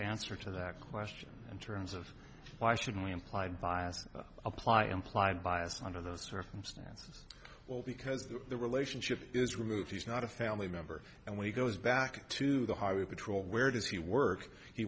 answer to that question in terms of why should we implied bias apply implied bias under the circumstances well because the relationship is removed he's not a family member and when he goes back to the highway patrol where does he work he